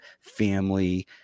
family